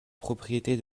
propriété